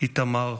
איתמר,